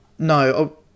No